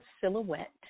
silhouette